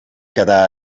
quedar